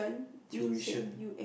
tuition